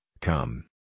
Come